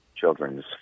children's